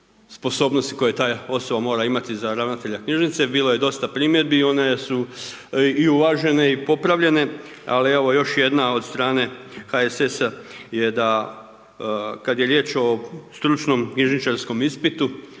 koje ta osoba mora imati za ravnatelja knjižnice, bilo je dosta primjedbi, one su i uvažene i popravljene, ali evo još jedna od strane HSS-a je da kad je riječ o stručnom knjižničarskom ispitu,